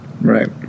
Right